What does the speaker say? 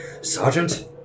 Sergeant